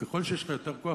וככל שיש לך יותר כוח,